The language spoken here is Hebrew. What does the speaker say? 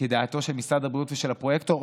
כדעתו של משרד הבריאות ושל הפרויקטור,